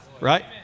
Right